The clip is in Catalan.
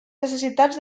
necessitats